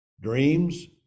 Dreams